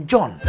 John